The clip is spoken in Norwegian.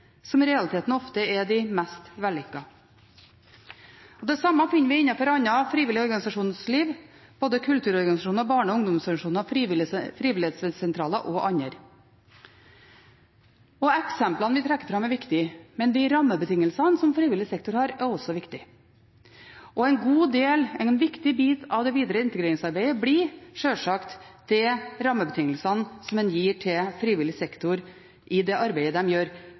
som i realiteten ofte er de mest vellykkede. Det samme finner vi innenfor annet frivillig organisasjonsliv, både kulturorganisasjoner, barne- og ungdomsorganisasjoner, frivillighetssentraler og andre. Eksemplene vi trekker fram, er viktige, men de rammebetingelsene som frivillig sektor har, er også viktige. En viktig del av det videre integreringsarbeidet blir sjølsagt de rammebetingelsene som en gir til frivillig sektor i det arbeidet den gjør,